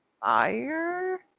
fire